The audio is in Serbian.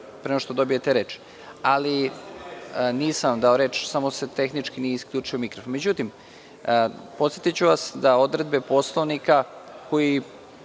ste mi dali reč.)Nisam vam dao reč, samo se tehnički nije isključio mikrofon.Međutim, podsetiću vas da odredbe Poslovnika za koji